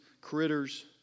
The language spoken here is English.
critters